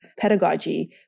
pedagogy